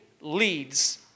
leads